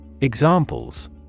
Examples